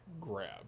grab